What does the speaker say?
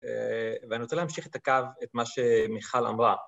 ואני רוצה להמשיך את הקו, את מה שמיכל אמרה.